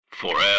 Forever